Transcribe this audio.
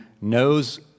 knows